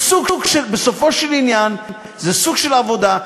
בסופו של עניין זה סוג של עבודה,